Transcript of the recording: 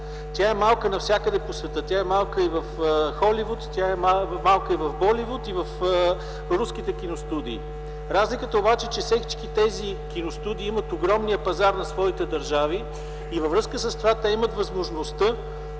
Тя е малка навсякъде по света. Малка е и в Холивуд, малка е и в Боливуд, и в руските киностудии. Разликата обаче е, че всички тези киностудии имат огромния пазар на своите държави и във връзка с това те имат възможността